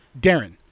Darren